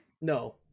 No